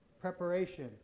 Preparation